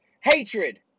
Hatred